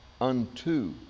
unto